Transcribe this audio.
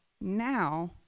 now